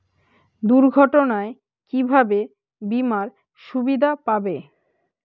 দুর্ঘটনায় কিভাবে বিমার সুবিধা পাব?